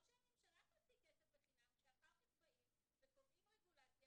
שהממשלה תוציא כסף לחינם כשאחר כך באים וקובעים רגולציה